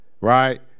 right